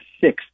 sixth